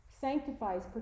sanctifies